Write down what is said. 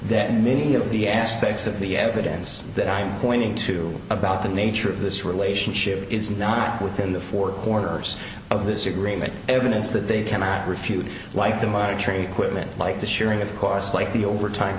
that many of the aspects of the evidence that i'm pointing to about the nature of this relationship is not within the four corners of this agreement evidence that they cannot refute like the monetary quitman like the sharing of costs like the overtime